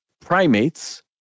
Primates